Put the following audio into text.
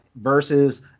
versus